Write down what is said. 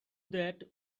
that